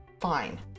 fine